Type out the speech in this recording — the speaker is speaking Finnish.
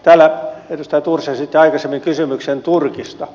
täällä edustaja thors esitti aikaisemmin kysymyksen turkista